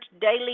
daily